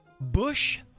Bush